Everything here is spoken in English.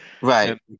Right